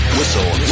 Whistle